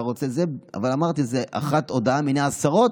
אבל אמרתי, זאת הודעה אחת מני עשרות,